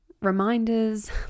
reminders